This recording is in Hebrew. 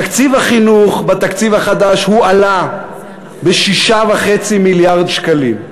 תקציב החינוך בתקציב החדש הועלה ב-6.5 מיליארד שקלים.